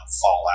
fallout